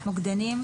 מוקדנים,